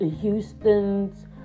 Houston's